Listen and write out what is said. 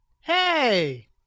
Hey